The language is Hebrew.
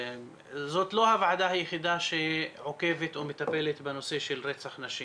זאת לא הוועדה היחידה שעוקבת או מטפלת בנושא של רצח נשים,